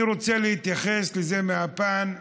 אני רוצה להתייחס לזה מהפן האישי,